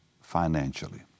financially